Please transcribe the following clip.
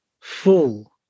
full